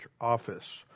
office